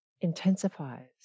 intensifies